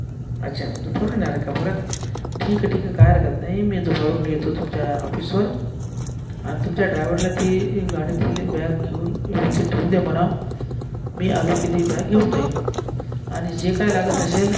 अच्छा दुपारहून येणारे आहेत का परत ठीक आहे ठीक आहे काय हरकत नाही मी दुपारहून येतो तुमच्या ऑफीसवर आणि तुमच्या ड्रायव्हरला ती गाडीतली बॅग घेऊन व्यवस्थित ठेवून दे म्हणावं मी आलो की ती बॅग घेऊन जाईन आणि जे काय लागत असेल